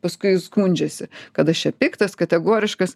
paskui skundžiasi kad aš čia piktas kategoriškas